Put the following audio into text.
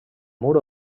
mur